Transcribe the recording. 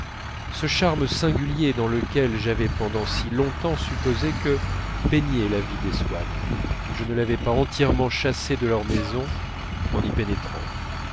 ce charme singulier dans lequel j'avais pendant si longtemps supposé que baignait la vie des swann je ne l'avais pas entièrement chassé de leur maison en y